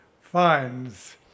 finds